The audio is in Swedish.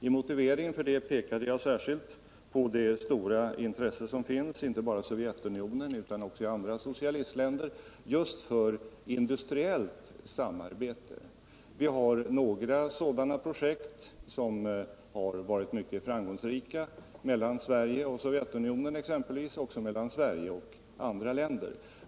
I motiveringen pekade jag särskilt på det stora intresse som finns, inte bara i Sovjetunionen utan också i andra socialistiska länder, för industriellt samarbete. Några sådana projekt har varit mycket framgångsrika — mellan Sverige och Sovjetunionen och också mellan Sverige och andra länder.